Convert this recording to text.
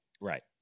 right